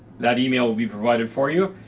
that email will be provided for you,